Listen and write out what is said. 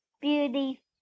Beauty